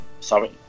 Sorry